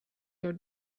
your